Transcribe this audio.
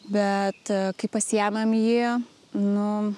bet kai pasiėmėm jį nu